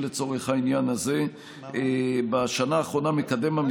בעיר מסוימת, אז לפחות עד כיתה ז'